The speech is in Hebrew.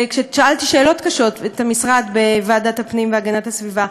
כששאלתי שאלות קשות את המשרד בוועדת הפנים והגנת הסביבה.